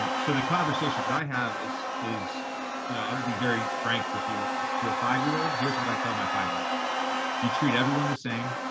and so the conversation that i have is, is you know, i'll be very frank with you to a five-year-old, here's what i tell my five-year-old you treat everyone the same,